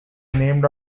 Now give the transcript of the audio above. named